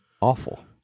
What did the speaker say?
Awful